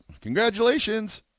congratulations